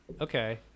Okay